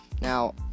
Now